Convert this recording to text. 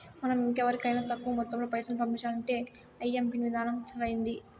మనం ఇంకెవరికైనా తక్కువ మొత్తంలో పైసల్ని పంపించాలంటే ఐఎంపిన్ విధానం సరైంది